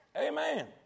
Amen